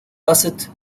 based